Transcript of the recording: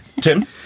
Tim